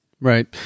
Right